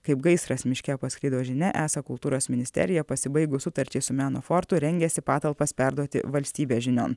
kaip gaisras miške pasklido žinia esą kultūros ministerija pasibaigus sutarčiai su meno fortu rengiasi patalpas perduoti valstybės žinion